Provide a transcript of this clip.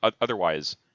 otherwise